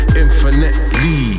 infinitely